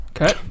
Okay